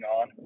on